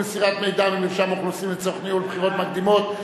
מסירת מידע ממרשם האוכלוסין לצורך ניהול בחירות מקדימות),